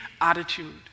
attitude